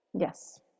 Yes